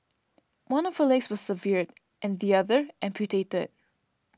one of her legs was severed and the other amputated